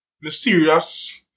mysterious